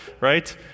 right